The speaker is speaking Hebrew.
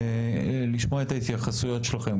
לשמוע את ההתייחסויות שלכם,